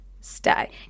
stay